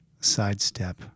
sidestep